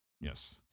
Yes